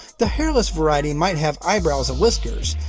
the hairless variety might have eyebrows and whiskers,